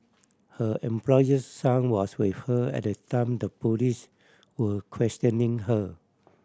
her employer's son was with her at the time the police were questioning her